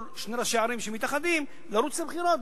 שני ראשי ערים שמתאחדים לרוץ לבחירות,